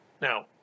Now